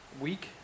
week